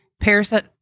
parasite